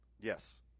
Yes